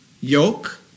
Yoke